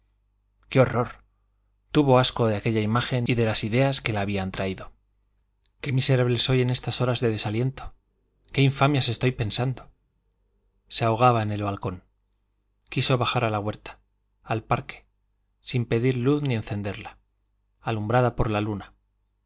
qué horror tuvo asco de aquella imagen y de las ideas que la habían traído qué miserable soy en estas horas de desaliento qué infamias estoy pensando se ahogaba en el balcón quiso bajar a la huerta al parque sin pedir luz ni encenderla alumbrada por la luna